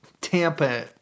Tampa